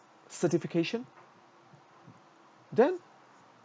certification then